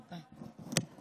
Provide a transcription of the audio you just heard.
מכובדיי השרים,